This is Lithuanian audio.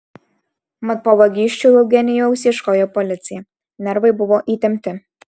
mat po vagysčių eugenijaus ieškojo policija nervai buvo įtempti